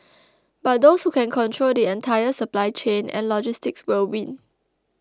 but those who can control the entire supply chain and logistics will win